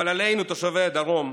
אבל עלינו, תושבי הדרום,